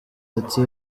ati